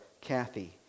Kathy